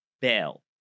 bail